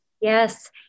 Yes